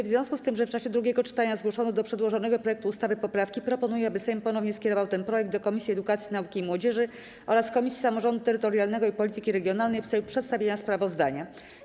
W związku z tym, że w czasie drugiego czytania zgłoszono do przedłożonego projektu ustawy poprawki, proponuję, aby Sejm ponownie skierował ten projekt do Komisji Edukacji, Nauki i Młodzieży oraz Komisji Samorządu Terytorialnego i Polityki Regionalnej w celu przedstawienia sprawozdania.